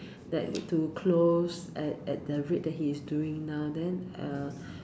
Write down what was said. that to close at at the rate that he is doing now then uh